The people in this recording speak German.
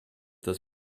dass